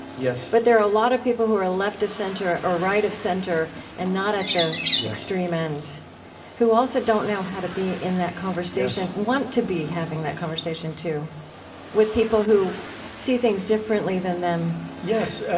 but there are a lot of people who are left of center or right of center and not at the extreme ends who also don't know how to be in that conversation, want to be having that conversation too with people who see things differently than them yes.